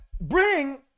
bring